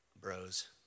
bros